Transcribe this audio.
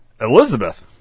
Elizabeth